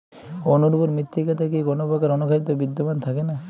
অনুর্বর মৃত্তিকাতে কি কোনো প্রকার অনুখাদ্য বিদ্যমান থাকে না?